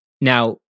Now